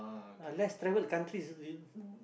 ah less travelled countries